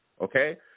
Okay